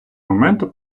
моменту